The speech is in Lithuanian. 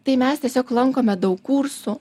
tai mes tiesiog lankome daug kursų